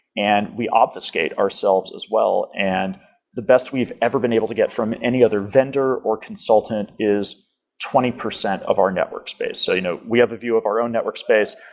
and we office gate ourselves as well. and the best we've ever been able to get from any other vendor or consultant is twenty percent of our network space. so you know we have a view of our own network space.